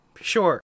sure